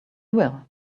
will